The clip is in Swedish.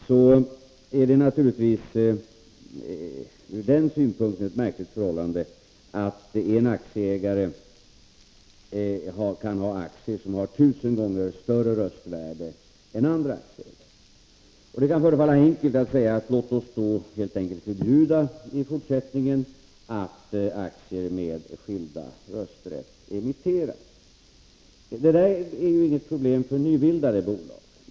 Det är naturligtvis ett märkligt förhållande att en aktieägare kan ha aktier med 1 000 gånger större röstvärde än andra aktier. Det kan förefalla enkelt att säga: Låt oss i fortsättningen förbjuda att aktier med skilda röstvärden emitteras. Det är inget problem för nybildade bolag.